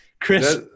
Chris